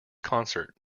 concert